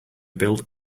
build